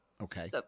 Okay